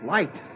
Light